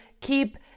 keep